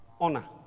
Honor